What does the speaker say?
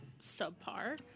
subpar